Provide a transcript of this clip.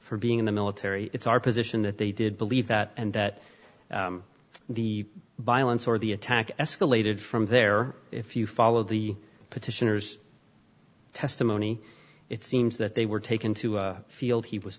for being in the military it's our position that they did believe that and that the by a lot of the attack escalated from there if you followed the petitioners testimony it seems that they were taken to a field he was